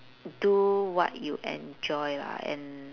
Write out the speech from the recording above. do what you enjoy lah and